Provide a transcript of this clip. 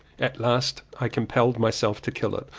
at last i compelled myself to kill it,